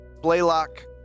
Blaylock